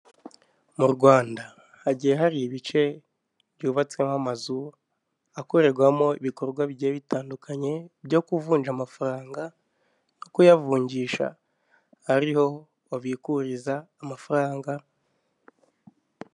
Mu Rwanda hagiye hari ibice byubatsemo amazu akorerwamo ibikorwa bigiye bitandukanye byo kuvunja amafaranga no kuyavungisha ariho babikuriza amafaranga.